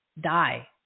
die